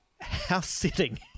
house-sitting